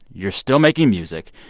you're still making music.